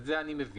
את זה אני מבין.